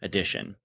Edition